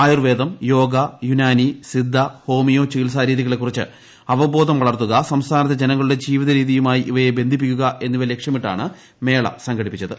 ആയൂർവേദം yoga Unani Siddha homeo ചികിത്സാ രീതികളെ കുറിച്ച് അവബോധം വളർത്തുക സംസ്ഥാനത്തെ ജനങ്ങളുടെ ജീവിത രീതിയുമായി ഇവയെ ബന്ധിപ്പിക്കുക എന്നിവ ലക്ഷ്യമിട്ടാണ് മേള സംഘടിപ്പിച്ചത്